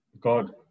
God